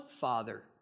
Father